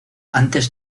antes